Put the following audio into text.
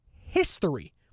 history